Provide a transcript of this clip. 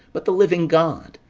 but the living god,